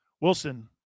Wilson